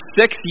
six